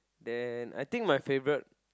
then I think my favourite